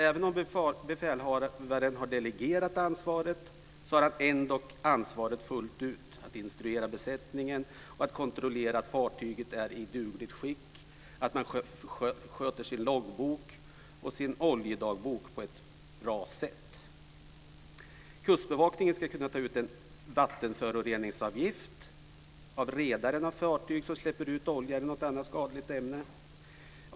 Även om befälhavaren har delegerat ansvaret har han ändock ansvaret fullt ut att instruera besättningen, att kontrollera att fartyget är i dugligt skick och att se till man sköter sin loggbok och sin oljedagbok på ett bra sätt. Kustbevakningen ska kunna ta ut en vattenföroreningsavgift av redaren om ett fartyg släpper ut olja eller något annat skadlig ämne.